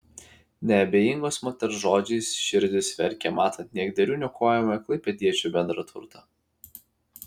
neabejingos moters žodžiais širdis verkia matant niekdarių niokojamą klaipėdiečių bendrą turtą